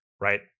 right